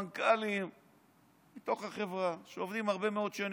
סמנכ"לים מתוך החברה, שעובדים הרבה מאוד שנים,